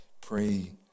Pray